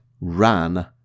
ran